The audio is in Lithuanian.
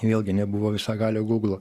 vėlgi nebuvo visagalio gūglo